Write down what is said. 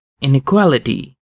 inequality